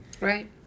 right